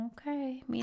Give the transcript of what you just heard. Okay